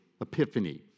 Epiphany